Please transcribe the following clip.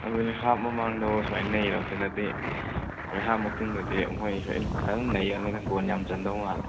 ꯑꯗꯨꯅꯦ ꯍꯥꯞ ꯃꯃꯥꯡꯗꯐꯥꯎ ꯁꯨꯃꯥꯏ ꯅꯩꯔꯕꯖꯤꯅꯗꯤ ꯍꯣꯔꯦꯟ ꯍꯥꯞ ꯃꯇꯨꯡꯗꯗꯤ ꯃꯣꯏꯖꯨ ꯐꯖꯕ ꯅꯩꯔꯕꯅꯤꯅ ꯒꯣꯜ ꯌꯥꯝ ꯆꯟꯗꯧ ꯃꯥꯜꯂꯦ